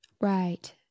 Right